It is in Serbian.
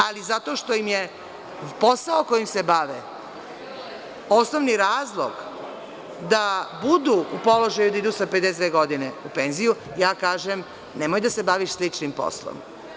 Ali, zato što im je posao kojim se bave osnovni razlog da budu u položaju da idu sa 52 godine u penziju, ja kažem – nemoj da se baviš sličnim poslom.